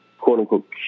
quote-unquote